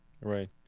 Right